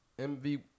MV